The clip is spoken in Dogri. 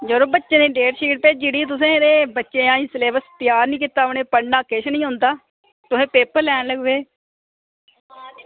यरो बच्चें दी डेटशीट भेजी ओड़ी तुसें ते बच्चें ऐहीं सलेब्स त्यार निं कीता उनेंगी पढ़ना बी निं आंदा तुस पेपर लैन लग्गी पे